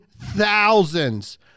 thousands